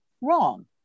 wrong